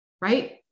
right